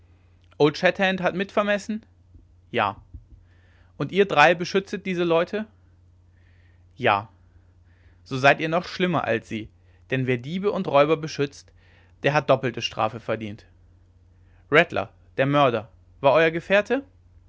hat mit vermessen ja und ihr drei beschütztet diese leute ja so seid ihr noch schlimmer als sie denn wer diebe und räuber beschützt der hat doppelte strafe verdient rattler der mörder war euer gefährte